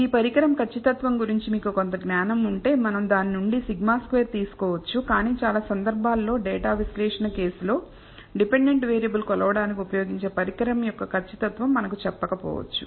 ఈ పరికరం ఖచ్చితత్వం గురించి మీకు కొంత జ్ఞానం ఉంటే మనం దాని నుండి σ2 తీసుకోవచ్చు కానీ చాలా సందర్భాలలో డేటా విశ్లేషణ కేసులో డిపెండెంట్ వేరియబుల్ కొలవడానికి ఉపయోగించే పరికరం యొక్క ఖచ్చితత్వం మనకు చెప్పకపోవచ్చు